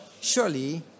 surely